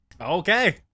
Okay